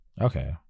Okay